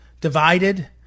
divided